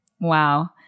wow